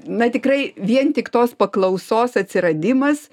na tikrai vien tik tos paklausos atsiradimas